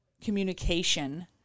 communication